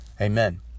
Amen